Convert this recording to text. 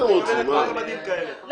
בסדר?